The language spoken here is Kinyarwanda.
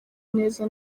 neza